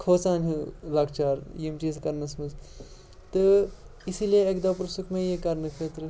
کھوژان ہیوٗ لۄکچار یِم چیٖز کرنَس منٛز تہٕ اِسی لیے اَکہِ دۄہ پِرٛژھُکھ مےٚ یہِ کَرنہٕ خٲطرٕ